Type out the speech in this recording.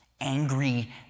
angry